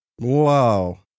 Wow